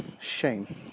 shame